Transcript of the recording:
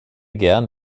gern